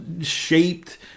shaped